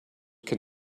can